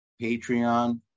Patreon